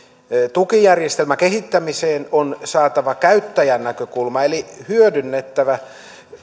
tukijärjestelmän kehittämiseen on saatava käyttäjän näkökulma eli hyödynnettävä